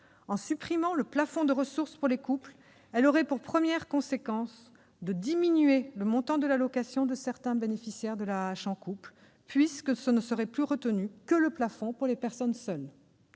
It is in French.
En supprimant le plafond de ressources pour les couples, elle aurait pour première conséquence de diminuer le montant de l'allocation de certains bénéficiaires de l'AAH en couple, puisque ne serait plus retenu que le plafond pour les personnes seules.